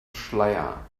schleier